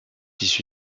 issu